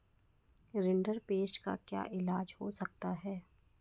rinderpest का क्या इलाज हो सकता है